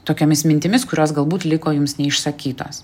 tokiomis mintimis kurios galbūt liko jums neišsakytos